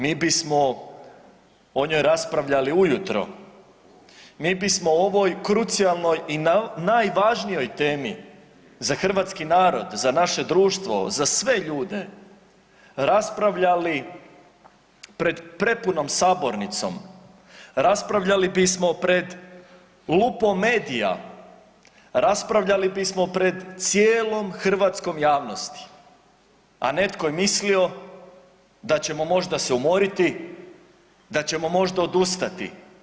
Mi bismo o njoj raspravljali u jutro, mi bismo o ovoj krucijalnoj i najvažnijoj temi za hrvatski narod, za naše društvo, za sve ljude raspravljali pred prepunom sabornicom, raspravljali bismo pred lupom medija, raspravljali bismo pred cijelom hrvatskom javnosti, a netko je mislio da ćemo možda se umoriti, da ćemo možda odustati.